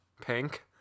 Pink